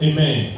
Amen